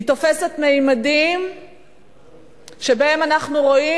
היא תופסת ממדים שבהם אנחנו רואים,